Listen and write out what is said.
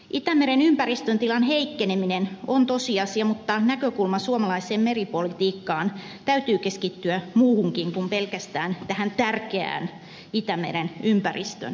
itämeren ympäristön tilan heikkeneminen on tosiasia mutta näkökulman suomalaiseen meripolitiikkaan täytyy keskittyä muuhunkin kuin pelkästään tähän tärkeään itämeren ympäristön hyvinvointiin